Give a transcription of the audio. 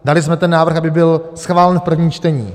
Dali jsme ten návrh, aby byl schválen v prvním čtení.